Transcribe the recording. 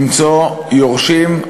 למצוא יורשים,